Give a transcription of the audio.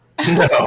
No